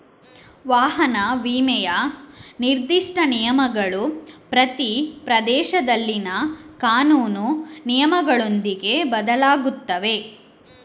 ವಾಹನ ವಿಮೆಯ ನಿರ್ದಿಷ್ಟ ನಿಯಮಗಳು ಪ್ರತಿ ಪ್ರದೇಶದಲ್ಲಿನ ಕಾನೂನು ನಿಯಮಗಳೊಂದಿಗೆ ಬದಲಾಗುತ್ತವೆ